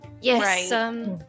Yes